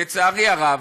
לצערי הרב,